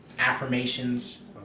affirmations